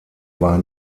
war